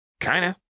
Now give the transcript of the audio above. Kinda